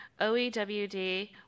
OEWD